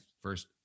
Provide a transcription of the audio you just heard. first